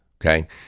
okay